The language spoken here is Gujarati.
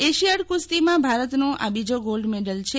એશિયાડ કુસ્તીમાં ભારતનો આ બીજો ગોલ્ડ મેડો છે